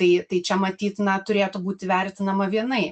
tai tai čia matyt na turėtų būti vertinama vienaip